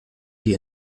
die